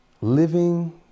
living